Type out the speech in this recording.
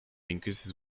increases